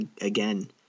again